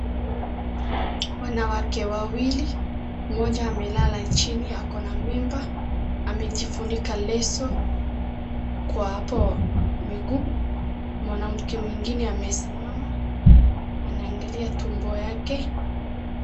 Wanawake wawili, mmoja amelala chini ako na mimba, amejifunika leso kwa hapo miguu, mwanamke mwingine amesimama anaangalia tumbo yake.